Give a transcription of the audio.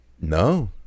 No